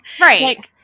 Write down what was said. right